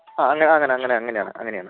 ആ അങ്ങ ആ അങ്ങനെ അങ്ങനെ അങ്ങനെ ആണ് അങ്ങനെ ആണ്